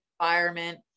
environment